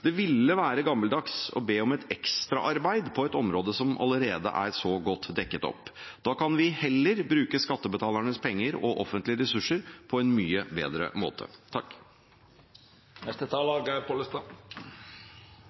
Det ville være gammeldags å be om et ekstraarbeid på et område som allerede er så godt dekket. Da kan vi heller bruke skattebetalernes penger og offentlige ressurser på en mye bedre måte.